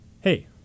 Hey